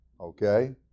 okay